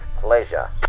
pleasure